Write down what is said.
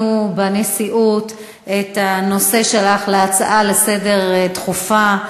בנשיאות את הנושא שלך להצעה לסדר דחופה.